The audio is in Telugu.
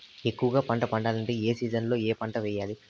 ఎక్కువగా పంట పండాలంటే ఏ సీజన్లలో ఏ పంట వేయాలి